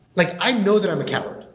like i know that i'm a coward.